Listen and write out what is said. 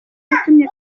yatumye